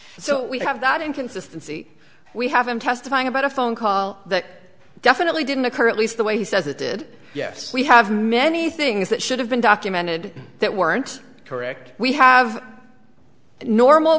so we have that inconsistency we have him testifying about a phone call that definitely didn't occur at least the way he says it did yes we have many things that should have been documented that weren't correct we have normal